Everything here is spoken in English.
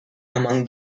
among